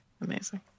amazing